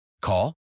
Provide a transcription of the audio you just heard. Call